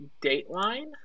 dateline